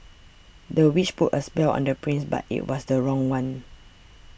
the witch put a spell on the prince but it was the wrong one